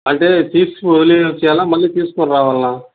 అంటే తీసుకుపోయి వదిలేసొచ్చేయాలా మళ్ళీ తీసుకుని రావాల్నా